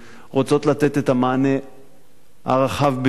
הן רוצות לתת את המענה הרחב ביותר.